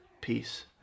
peace